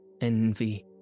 envy